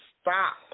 stop